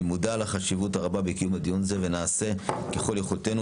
אני מודע לחשיבות הרבה בקיום הדיון הזה ונעשה ככל יכולתנו